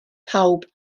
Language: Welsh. pawb